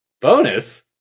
Bonus